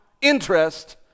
interest